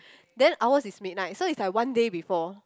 then ours is midnight so it's like one day before